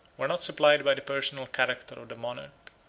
were not supplied by the personal character of the monarch.